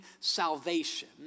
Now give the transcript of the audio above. salvation